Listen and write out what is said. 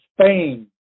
Spain